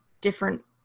different